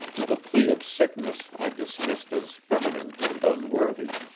the plea of sickness i dismissed as feminine and unworthy.